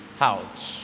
out